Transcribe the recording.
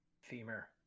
Femur